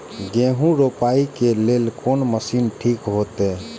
गेहूं रोपाई के लेल कोन मशीन ठीक होते?